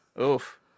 Oof